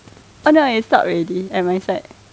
oh no it stopped already at my side